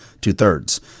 two-thirds